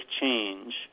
change